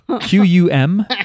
Q-U-M